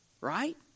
Right